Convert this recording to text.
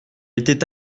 était